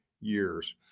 years